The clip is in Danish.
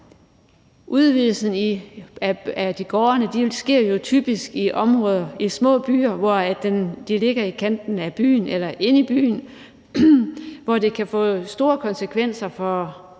Udvidelsen af gårdene sker jo typisk i områder med små byer, hvor produktionen ligger i kanten af byen eller inde i byen, og det kan få store konsekvenser for